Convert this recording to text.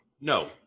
No